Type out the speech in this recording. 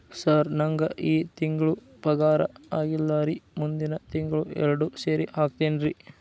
sir ನಂಗ ಈ ತಿಂಗಳು ಪಗಾರ ಆಗಿಲ್ಲಾರಿ ಮುಂದಿನ ತಿಂಗಳು ಎರಡು ಸೇರಿ ಹಾಕತೇನ್ರಿ